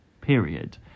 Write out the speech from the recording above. period